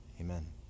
Amen